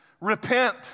repent